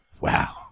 Wow